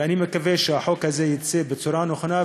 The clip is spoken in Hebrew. ואני מקווה שהחוק הזה יצא בצורה נכונה,